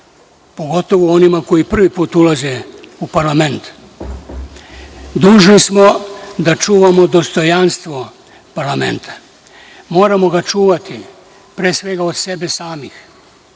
pogotovo onima koji prvi put ulaze u parlament. Dužni smo da čuvamo dostojanstvo parlamenta. Moramo ga čuvati, pre svega od sebe samih,